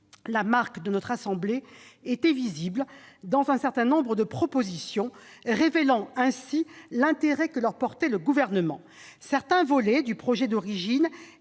la marque de notre assemblée était visible dans un certain nombre de ses propositions, révélant l'intérêt que leur portait le Gouvernement. Certains volets du projet d'origine